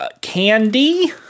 candy